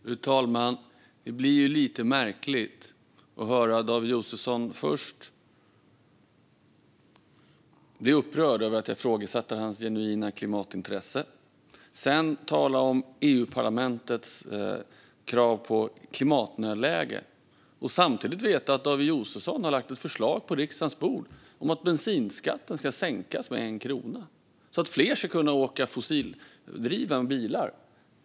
Fru talman! Det blir lite märkligt att höra David Josefsson först bli upprörd över att jag ifrågasätter hans genuina klimatintresse och sedan tala om EU-parlamentets klimatnödläge samtidigt som jag vet att David Josefsson har lagt ett förslag på riksdagens bord om att bensinskatten ska sänkas med 1 krona så att fler ska kunna köra fossildrivna bilar.